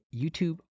YouTube